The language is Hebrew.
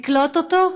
לקלוט אותו,